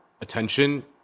attention